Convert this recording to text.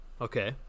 Okay